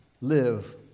live